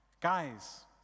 Guys